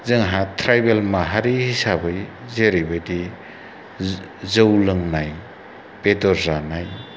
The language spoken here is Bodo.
जोंहा ट्राइबेल माहारि हिसाबै जेरै बायदि जौ लोंनाय बेदर जानाय